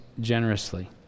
generously